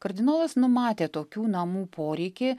kardinolas numatė tokių namų poreikį